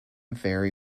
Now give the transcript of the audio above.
vary